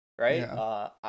right